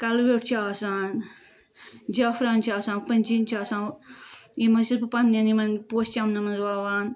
کَلہٕ وِیوٚٹھ چھُ آسان جافران چھُ آسان پٔنزِن چھُ آسان یِم حظ چھس بہٕ یِمن پَننٮ۪ن یِمن پوشہٕ چمنَن منٛز وَوان